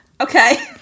okay